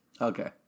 Okay